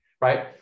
right